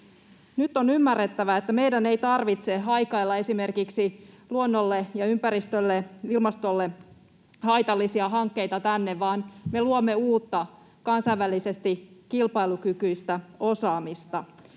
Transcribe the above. Nyt on ymmärrettävä, että meidän ei tarvitse haikailla tänne esimerkiksi luonnolle ja ympäristölle, ilmastolle, haitallisia hankkeita, vaan me luomme uutta, kansainvälisesti kilpailukykyistä osaamista,